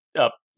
Up